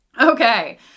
Okay